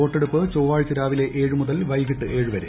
വോട്ടെടുപ്പ് ചൊവ്വാഴ്ച രാപ്പിള്ല് ഏഴു മുതൽ വൈകിട്ട് ഏഴ് വരെ